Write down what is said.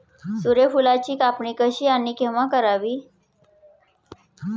सूर्यफुलाची कापणी कशी आणि केव्हा करावी?